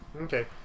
Okay